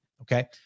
okay